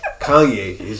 Kanye